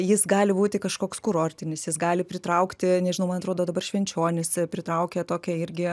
jis gali būti kažkoks kurortinis jis gali pritraukti nežinau man atrodo dabar švenčionys pritraukia tokią irgi